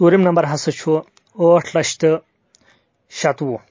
ژوٗرِم نمبر ہسا چھُ ٲٹھ لچھ تہٕ شٮ۪توُہ